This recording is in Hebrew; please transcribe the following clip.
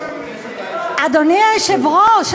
אדוני היושב-ראש,